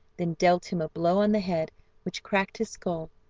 then dealt him a blow on the head which cracked his skull,